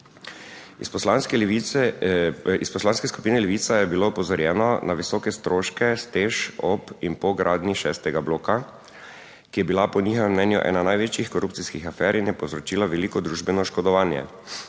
Iz Poslanske skupine Levica je bilo opozorjeno na visoke stroške s TEŠ ob in po gradnji šestega bloka, ki je bila po njihovem mnenju ena največjih korupcijskih afer in je povzročila veliko družbeno oškodovanje.